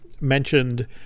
mentioned